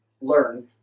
Learn